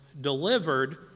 delivered